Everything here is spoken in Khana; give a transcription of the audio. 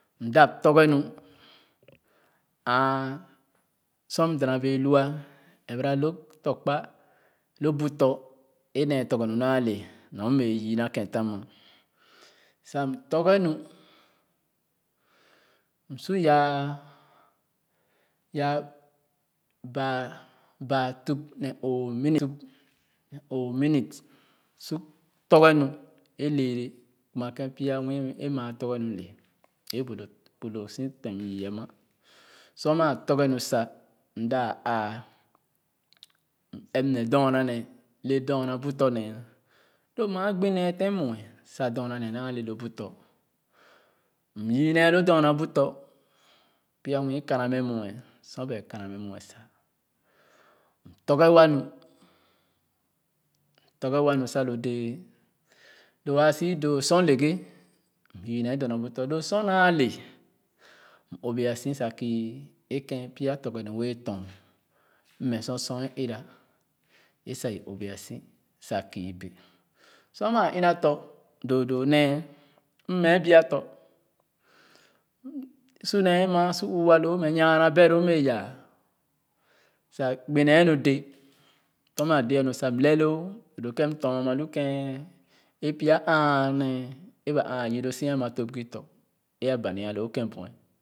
M dap torge nu ãã sor m dana bee lua ɛrɛba loo tɔ̃ kpa lo bu tɔ̃ é nee tɔ̃rge nu naa le nɔr m su yaa yaa baa baa-tup ne oò minutes oò minute su tɔrge nu é lɛɛra kuma kén a pya nwii é maa tɔrge nu le é bu bú lo si tèm m yii ma sor maa tɔrge nu sa m da ãã m ɛp ne dona nee le dona nee naa le lo bu tɔ̃ m yii nee lo dona bu tɔ̃ pya nwii kaana mɛ muɛ sa ba kaana mɛ muɛ sa m tɔrge wa nu m tɔrge wa nu sa lo dɛɛ lo ãã sii doo sor le-ghe m kii nee dona butɔ̃ lo sor naa le m obia si sa kii kèn pya tɔrge nu wɛɛ tɔn mmɛ sor sor é ɛra é da i obia si sa kii bee sor maa ina tɔ̃ doo doo nee m mɛ bia tɔ̃ su nee maa su uuwa loo mɛ nyana bɛto m bee yaa sa gbi nee nu dé sor maa dé nu sa m lee loo doo doo kén m tɔn a ma lu kén a pya ãã nee é ba ãã yii lo si ama tõp gih tõ é aba nya loo kén buɛ